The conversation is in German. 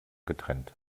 getrennt